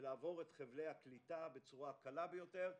ולעבור את חבלי הקליטה בצורה הקלה ביותר,